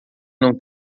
não